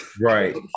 Right